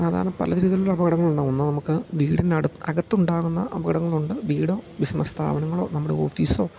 സാധാരണ പല രീതിയിലുള്ള അപകടങ്ങൾ ഉണ്ടാവും ഒന്ന് നമുക്ക് വീടിനടുത്ത് അകത്തുണ്ടാകുന്ന അപകടങ്ങൾ ഉണ്ട് വീടോ ബിസിനസ് സ്ഥാപനങ്ങളോ നമ്മുടെ ഓഫീസോ